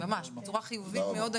ממש, בצורה חיובית מאוד.